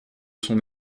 son